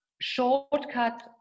shortcut